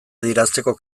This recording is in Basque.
adierazteko